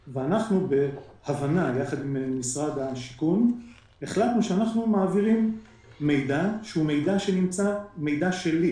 בהבנה עם משרד השיכון החלטנו שאנחנו מעבירים את המידע שיש לנו.